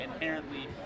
inherently